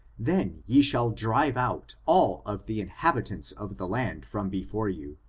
then ye shall drive out all of the inhabitants of the land from before you,